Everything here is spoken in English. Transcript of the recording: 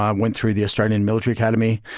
um went through the australian military academy,